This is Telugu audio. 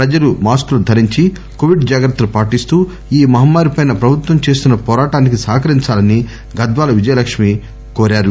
ప్రజలు మాస్కులు ధరించి కోవిడ్ జాగ్రత్తలు పాటిస్తూ ఈ మహమ్మా రిపై ప్రభుత్వం చేస్తున్న పోరాటానికి సహకరించాలని గద్యాల్ విజయలక్ష్మి కోరారు